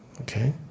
Okay